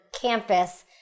campus